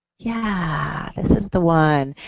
yeah, this is the one.